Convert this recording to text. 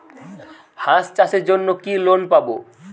হাঁস চাষের জন্য কি লোন পাব?